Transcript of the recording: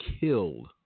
killed